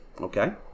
Okay